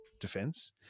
defense